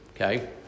okay